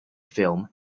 film